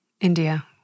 India